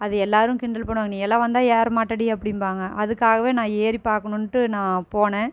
அது எல்லாரும் கிண்டல் பண்ணுவாங்க நீயெல்லாம் வந்தால் ஏற மாட்டடி அப்படிம்பாங்க அதுக்காகவே நா ஏறி பார்க்கணும்னுட்டு நான் போன